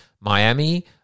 miami